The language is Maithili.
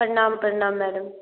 प्रणाम प्रणाम मैडम